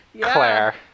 Claire